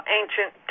ancient